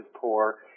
poor